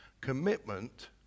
Commitment